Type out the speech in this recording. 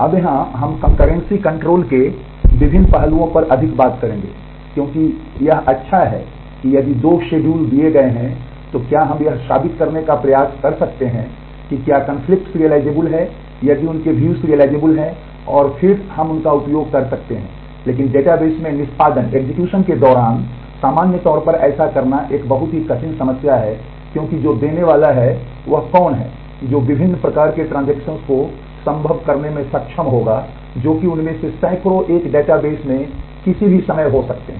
अब यहाँ हम कंकर्रेंसी को संभव करने में सक्षम होगा जो कि उनमें से सैकड़ों एक डेटाबेस में किसी भी समय हो सकते हैं